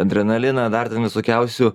adrenaliną dar ten visokiausių